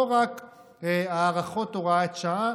ולא רק הארכות הוראות שעה,